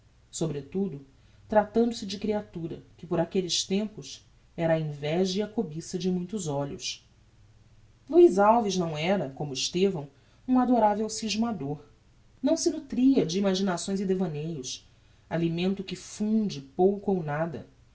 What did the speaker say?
sobretudo tratando-se de creatura que por aquelles tempos era a inveja e a cobiça de muitos olhos luiz alves não era como estevão um adoravel scismador não se nutria de imaginações e devaneios alimento que funde pouco ou nada